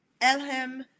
Elham